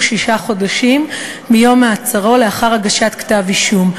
שישה חודשים מיום מעצרו לאחר הגשת כתב-אישום,